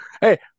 Hey